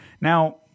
Now